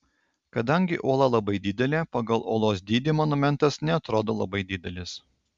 kadangi uola labai didelė pagal uolos dydį monumentas neatrodo labai didelis